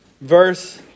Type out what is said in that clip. verse